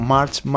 March